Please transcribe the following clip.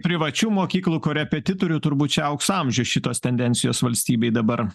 privačių mokyklų korepetitorių turbūt čia aukso amžius šitos tendencijos valstybei dabar